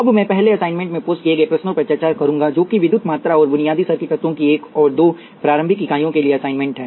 अब मैं पहले असाइनमेंट में पोस्ट किए गए प्रश्नों पर चर्चा करूंगा जो कि विद्युत मात्रा और बुनियादी सर्किट तत्वों की एक और दो प्रारंभिक इकाइयों के लिए असाइनमेंट है